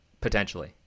Potentially